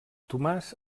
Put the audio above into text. tomàs